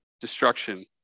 destruction